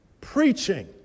preaching